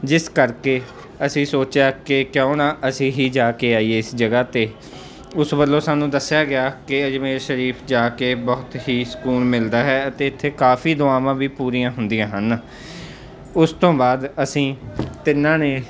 ਜਿਸ ਕਰਕੇ ਅਸੀਂ ਸੋਚਿਆ ਕਿ ਕਿਉਂ ਨਾ ਅਸੀਂ ਹੀ ਜਾ ਕੇ ਆਈਏ ਇਸ ਜਗ੍ਹਾ 'ਤੇ ਉਸ ਵੱਲੋਂ ਸਾਨੂੰ ਦੱਸਿਆ ਗਿਆ ਕਿ ਅਜਮੇਰ ਸ਼ਰੀਫ ਜਾ ਕੇ ਬਹੁਤ ਹੀ ਸਕੂਨ ਮਿਲਦਾ ਹੈ ਅਤੇ ਇੱਥੇ ਕਾਫੀ ਦੁਆਵਾਂ ਵੀ ਪੂਰੀਆਂ ਹੁੰਦੀਆਂ ਹਨ ਉਸ ਤੋਂ ਬਾਅਦ ਅਸੀਂ ਤਿੰਨਾਂ ਨੇ